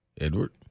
Edward